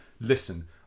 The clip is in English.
listen